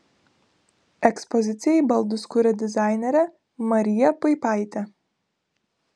ekspozicijai baldus kuria dizainerė marija puipaitė